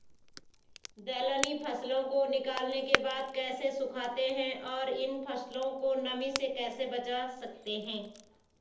दलहनी फसलों को निकालने के बाद कैसे सुखाते हैं और इन फसलों को नमी से कैसे बचा सकते हैं?